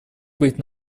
быть